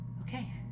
Okay